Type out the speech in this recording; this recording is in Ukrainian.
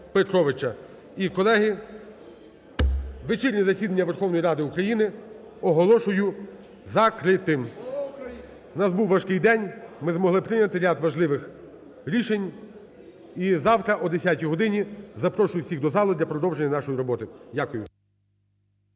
І, колеги, вечірнє засідання Верховної Ради України оголошую закритим. У нас був важкий день, ми змогли прийняти ряд важливих рішень, і завтра о 10 годині запрошую всіх до залу для продовження нашої роботи. Дякую.